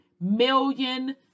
million